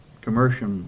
commercial